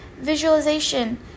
visualization